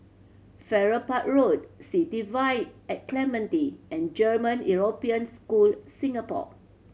Farrer Park Road City Vibe at Clementi and German European School Singapore